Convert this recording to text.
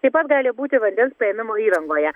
taip pat gali būti vandens ėmimo įrangoje